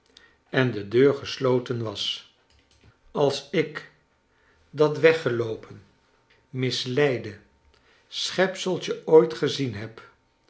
en de deur gesloten was als ik dat weggeloopen misleide schepseltje ooit gezien heb